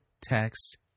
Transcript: text